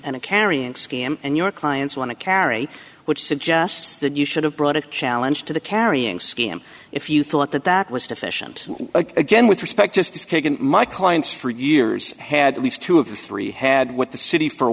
and a carrying scam and your clients want to carry which suggests that you should have brought a challenge to the carrying scam if you thought that that was sufficient again with respect to my clients for years had at least two of the three had what the city for a